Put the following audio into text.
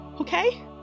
okay